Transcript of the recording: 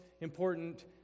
important